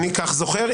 אני זוכר כך.